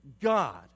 God